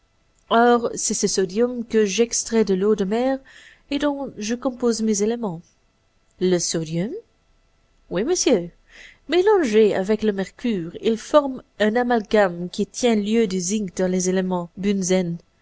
or c'est ce sodium que j'extrais de l'eau de mer et dont je compose mes éléments le sodium oui monsieur mélangé avec le mercure il forme un amalgame qui tient lieu du zinc dans les éléments bunzen